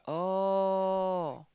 oh